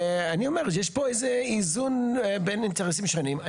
ואני אומר שיש פה איזה איזון בין אינטרסים שונים.